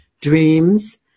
dreams